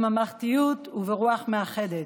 בממלכתיות וברוח מאחדת.